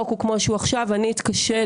שהיא פחות צריכה את זה, הרבה פחות.